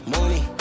Money